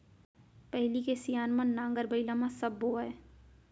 पहिली के सियान मन नांगर बइला म सब बोवयँ